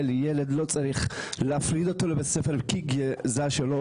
ילד לא צריך להפריד אותו מבית ספר כי המין שלו,